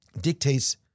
dictates